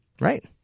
Right